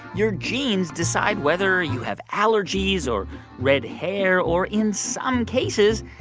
your genes decide whether you have allergies or red hair or, in some cases,